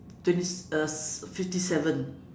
twenty uh fifty seven